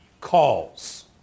Calls